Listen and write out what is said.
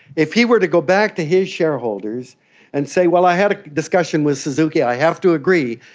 if he were to go back to his shareholders and say, well, i had a discussion with suzuki, i have to agree,